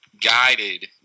guided